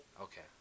Okay